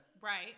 Right